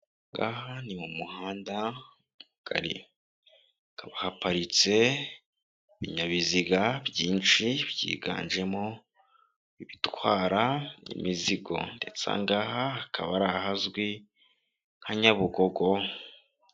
Aha ni mu muhanda mugari. Hakaba haparitse ibinyabiziga byinshi byiganjemo ibitwara imizigo ndetse aha ngaha hakaba ari ahazwi nka Nyabugogo.